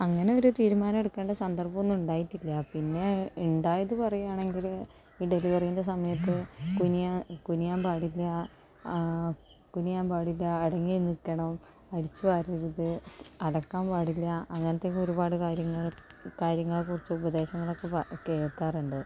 അങ്ങനെ ഒരു തീരുമാനമെടുക്കേണ്ട സന്ദർഭമൊന്നും ഉണ്ടായിട്ടില്ല പിന്നെ ഉണ്ടായത് പറയുകയാണെങ്കില് ഈ ഡെലിവറീൻ്റെ സമയത്ത് കുനിയാ കുനിയാൻ പാടില്ല കുനിയാൻ പാടില്ല അടങ്ങി നിക്കണം അടിച്ചു വാരരുത് അലക്കാൻ പാടില്ല അങ്ങനത്തേക്കെ ഒരുപാട് കാര്യങ്ങൾ കാര്യങ്ങളും കുറച്ച് ഉപദേശങ്ങളൊക്കെ പ കേൾക്കാറുണ്ട്